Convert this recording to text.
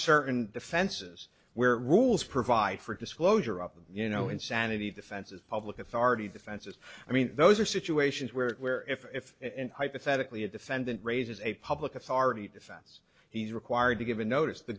certain defenses where rules provide for disclosure up of you know insanity defenses public authority defenses i mean those are situations where it where if if and hypothetically a defendant raises a public authority defense he's required to give a notice